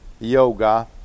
yoga